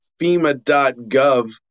FEMA.gov